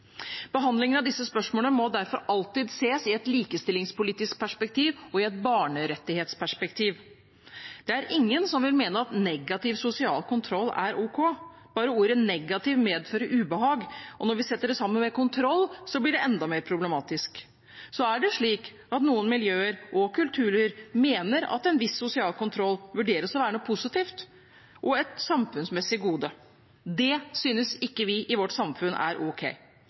Behandlingen av disse spørsmålene må derfor alltid ses i et likestillingspolitisk perspektiv og i et barnerettighetsperspektiv. Det er ingen som vil mene at negativ sosial kontroll er ok; bare ordet negativ medfører ubehag, og når vi setter det sammen med kontroll, blir det enda mer problematisk. Så er det noen miljøer og kulturer som mener at en viss sosial kontroll er positivt og et samfunnsmessig gode. Det synes ikke vi i vårt samfunn er